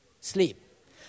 Sleep